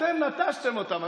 אתם נטשתם אותם.